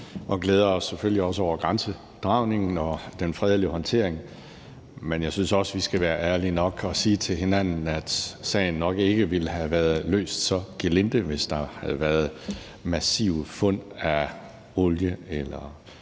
vi glæder os selvfølgelig også over grænsedragningen og den fredelige håndtering. Men jeg synes også, at vi skal være ærlige og sige til hinanden, at sagen nok ikke ville have været løst så gelinde, hvis der havde været massive fund af olie eller